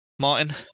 Martin